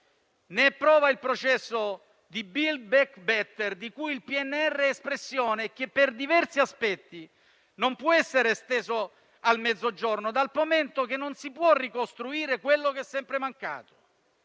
Ne è prova il processo di Build back better, di cui il PNRR è espressione e che per diversi aspetti non può essere esteso al Mezzogiorno, dal momento che non si può ricostruire quello che è sempre mancato.